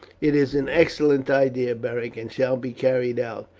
it is an excellent idea, beric, and shall be carried out.